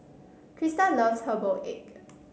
Christa loves Herbal Egg